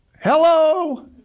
Hello